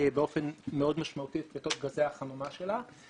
באופן מאוד משמעותי את פליטות גזי החממה שלה.